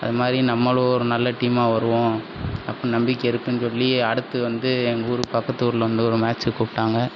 அது மாதிரி நம்மளும் ஒரு நல்ல டீமாக வருவோம் அப்டின்னு நம்பிக்கை இருக்குன்னு சொல்லி அடுத்து வந்து எங்கள் ஊர் பக்கத்து ஊர்லேருந்து ஒரு மேட்சுக்கு கூப்பிட்டாங்க